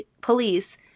police